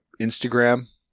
Instagram